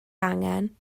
angen